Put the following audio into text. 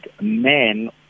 Men